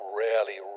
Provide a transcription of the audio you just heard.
rarely